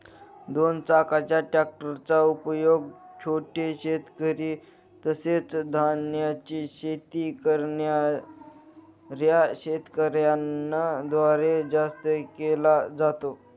दोन चाकाच्या ट्रॅक्टर चा उपयोग छोटे शेतकरी, तसेच धान्याची शेती करणाऱ्या शेतकऱ्यांन द्वारे जास्त केला जातो